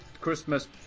Christmas